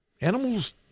animals